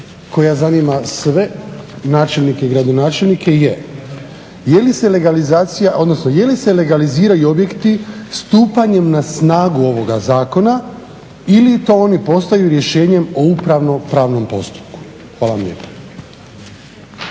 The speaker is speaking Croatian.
koja zanima sve načelnike i gradonačelnike je je li se legalizacija, odnosno je li se legaliziraju objekti stupanjem na snagu ovoga zakona ili to oni postaju rješenjem o upravno pravnom postupku. Hvala vam lijepa.